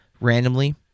randomly